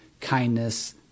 kindness